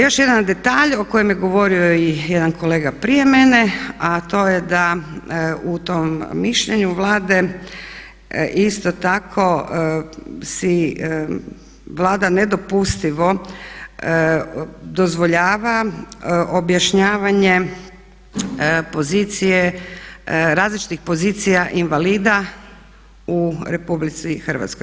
Još jedan detalja o kojem je govorio i jedan kolega prije mene, a to je da u tom mišljenju Vlade isto tako si Vlada nedopustivo dozvoljava objašnjavanje pozicije različitih pozicija invalida u RH.